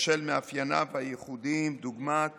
בשל מאפייניו הייחודיים דוגמת